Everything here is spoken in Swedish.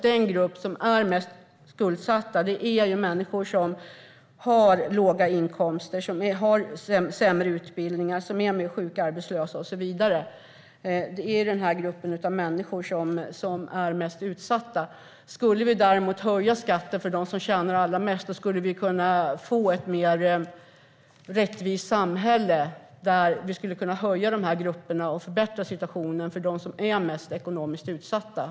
Den grupp som är mest skuldsatt är människor med låga inkomster, med sämre utbildningar och som är mer sjuka och arbetslösa och så vidare. Det är den gruppen människor som är mest utsatt. Om vi däremot höjer skatten för dem som tjänar allra mest skulle vi få ett mer rättvist samhälle där situationen för de ekonomiskt mest utsatta grupperna kan förbättras.